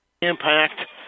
Impact